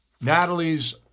Natalie's